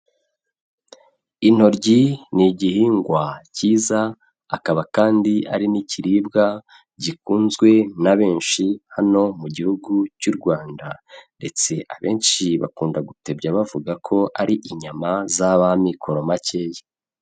Intoryi ni igihingwa cyiza akaba kandi ari n'ibiribwa gikunzwe na benshi hano mu gihugu cy'u Rwanda ndetse abenshi bakunda gutebya bavuga ko ari inyama z'ab'amikoro makeya.